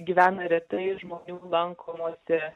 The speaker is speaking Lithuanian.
gyvena retai žmonių lankomuose